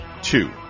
Two